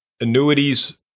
Annuities